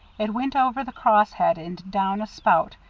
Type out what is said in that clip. it went over the cross-head and down a spout,